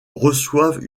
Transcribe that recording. reçoivent